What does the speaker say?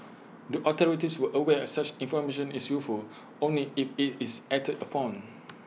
the authorities were aware such information is useful only if IT is acted upon